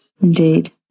Indeed